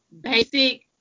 basic